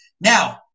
now